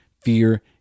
fear